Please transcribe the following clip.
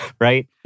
right